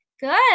Good